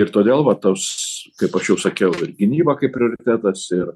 ir todėl va tos kaip aš jau sakiau ir gynyba kaip prioritetas ir